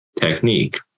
technique